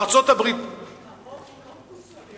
הרוב הוא לא מוסרי,